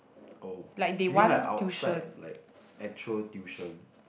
orh you mean like outside like actual tuition